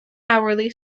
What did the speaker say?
hourly